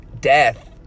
death